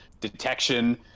detection